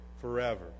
forever